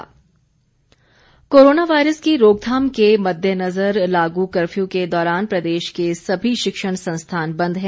ज्ञानशाला corona virus की रोकथाम के मददेनजर लागू कर्फ्यू के दौरान प्रदेश के सभी शिक्षण संस्थान बंद है